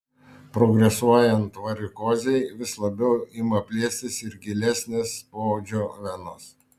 progresuojant varikozei vis labiau ima plėstis ir gilesnės poodžio venos